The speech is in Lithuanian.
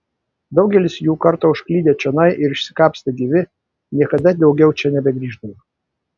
daugelis jų kartą užklydę čionai ir išsikapstę gyvi niekada daugiau čia nebegrįždavo